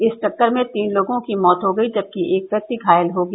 इस टक्कर में तीन लोगों की मौत हो गयी जबकि एक व्यक्ति घायल हो गया